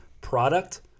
product